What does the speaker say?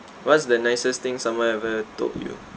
what's the nicest thing someone ever told you